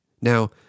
Now